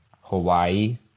hawaii